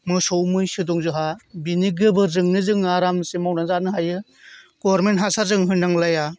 मोसौ मैसो दं जोंहा बेनि गोबोरजोंनो जों आरामसे मावनानै जानो हायो गभर्नमेन्थ हासार जों होनांलाया